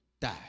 Die